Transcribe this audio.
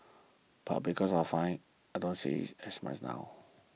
but because of fines I don't see it as much now